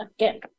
Okay